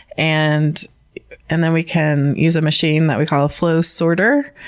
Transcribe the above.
and and then we can use a machine that we call a flow sorter,